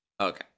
Okay